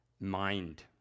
mind